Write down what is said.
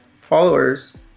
followers